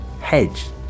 hedge